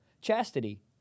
chastity